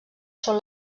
són